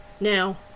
Now